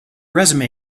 resume